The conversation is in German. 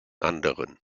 anderen